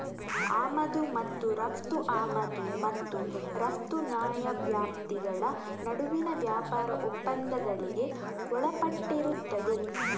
ಆಮದು ಮತ್ತು ರಫ್ತು ಆಮದು ಮತ್ತು ರಫ್ತು ನ್ಯಾಯವ್ಯಾಪ್ತಿಗಳ ನಡುವಿನ ವ್ಯಾಪಾರ ಒಪ್ಪಂದಗಳಿಗೆ ಒಳಪಟ್ಟಿರುತ್ತದೆ